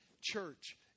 church